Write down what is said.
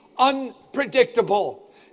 Unpredictable